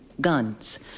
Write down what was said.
guns